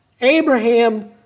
Abraham